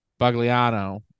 Bugliano